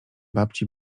babci